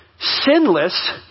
sinless